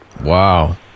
Wow